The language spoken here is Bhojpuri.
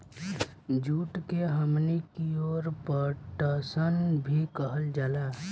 जुट के हमनी कियोर पटसन भी कहल जाला